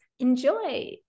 Enjoy